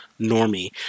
normie